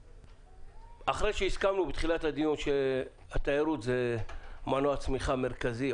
אחרי שהסכמנו בתחילת הדיון שהתיירות זה מנוע צמיחה מרכזי,